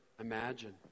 imagine